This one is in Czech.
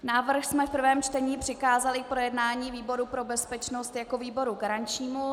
Návrh jsme v prvním čtení přikázali k projednání výboru pro bezpečnost jako výboru garančnímu.